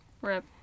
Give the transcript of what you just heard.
Rip